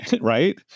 right